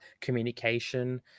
communication